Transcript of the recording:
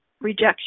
rejection